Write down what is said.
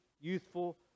youthful